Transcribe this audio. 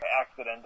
accident